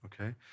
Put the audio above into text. okay